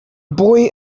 boy